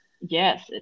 yes